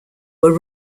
were